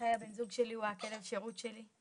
שאלחי הבן זוג שלי הוא כלב השירות שלי.